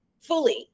fully